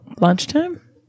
Lunchtime